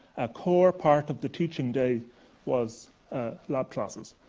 ah core part of the teaching day was lab classes.